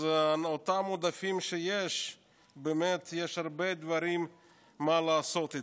אז באותם עודפים יש באמת הרבה דברים לעשות.